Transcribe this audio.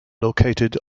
located